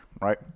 right